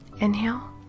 inhale